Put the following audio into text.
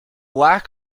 lack